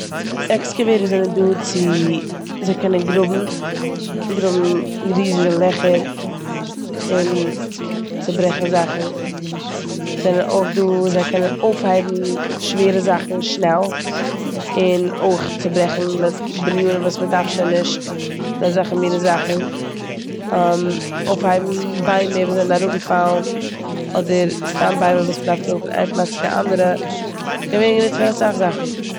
עקסקיוועיטערס זענען דא צו- זיי קענען גראבן- גראבן ריזיגע לעכער און ציברעכן זאכן. זיי זענען אויך דא- זיי קענען אויפהייבן שווערע זאכן שנעל און אויך ציברעכן די בנינים וואס מ'דארף שוין נישט און אזעלכע מינע זאכן. אויפהייבן ביימער וואס זענען אראפגעפאלן אדער סתם ביימער וואס מ'דארף טראגן פון איין פלאץ צו די אנדערע. ס'קען ווערן גענוצט פאר אסאך זאכן.